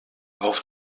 auf